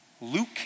Luke